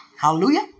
Hallelujah